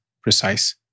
precise